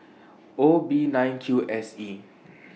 O B nine Q S E